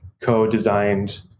co-designed